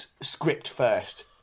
script-first